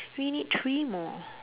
we need three more